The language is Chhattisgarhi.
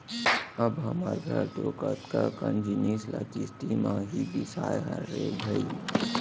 अब हमर घर तो कतका कन जिनिस ल किस्ती म ही बिसाए हन रे भई